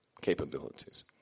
capabilities